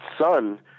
son